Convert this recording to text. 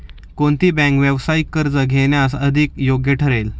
कोणती बँक व्यावसायिक कर्ज घेण्यास अधिक योग्य ठरेल?